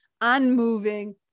unmoving